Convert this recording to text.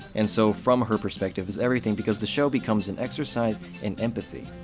and so from her perspective is everything because the show becomes an exercise in empathy.